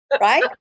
right